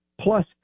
Plus